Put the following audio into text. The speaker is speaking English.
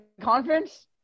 conference